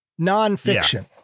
nonfiction